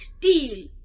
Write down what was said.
deal